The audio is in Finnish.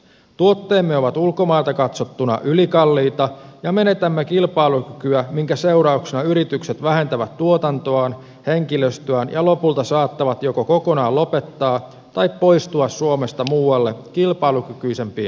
tuotteemme ovat ulkomailta katsottuna ylikalliita ja menetämme kilpailukykyä minkä seurauksena yritykset vähentävät tuotantoaan henkilöstöään ja lopulta saattavat joko kokonaan lopettaa tai poistua suomesta muualle kilpailukykyisempiin maihin